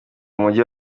umujyi